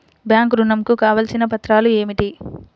Bank ఋణం కు కావలసిన పత్రాలు ఏమిటి?